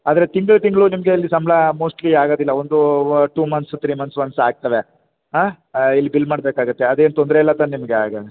ಆದರೆ ತಿಂಗಳು ತಿಂಗಳು ನಿಮ್ಗೆ ಇಲ್ಲಿ ಸಂಬಳ ಮೋಸ್ಟ್ಲಿ ಆಗೋದಿಲ್ಲ ಒಂದು ಟೂ ಮಂತ್ಸು ತ್ರೀ ಮಂತ್ಸು ಅಂತ ಆಗ್ತವೆ ಹಾಂ ಇಲ್ಲಿ ಬಿಲ್ ಮಾಡಬೇಕಾಗತ್ತೆ ಅದೇನು ತೊಂದರೆ ಇಲ್ಲ ತಾನೆ ನಿಮಗೆ ಆಗ